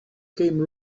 came